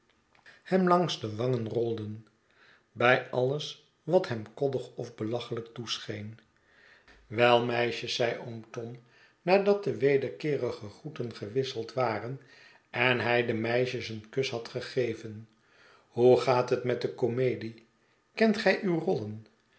hem langs de wangen rolden bij alles wat hem koddig of belachelijk toescheen wei meisjes zei oom tom nadat de wederkeerige groeten gewisseld waren en hij de meisjes een kus had gegeven hoe gaat het met de comedie kent g'e uw rollen